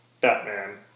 batman